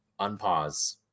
unpause